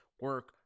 Work